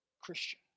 Christian